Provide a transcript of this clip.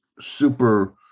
super